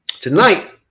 tonight